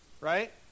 right